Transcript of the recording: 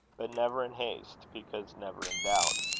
but never in haste, because never in doubt.